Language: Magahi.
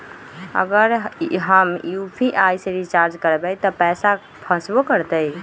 अगर हम यू.पी.आई से रिचार्ज करबै त पैसा फसबो करतई?